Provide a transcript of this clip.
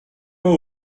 pas